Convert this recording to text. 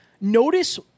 notice